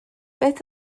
beth